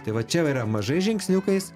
tai va čia yra mažais žingsniukais